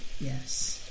Yes